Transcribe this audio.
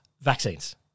vaccines